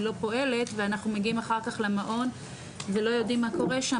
לא פועלת ואנחנו מגיעים אחר כך למעון ולא יודעים מה קורה שם,